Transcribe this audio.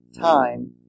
time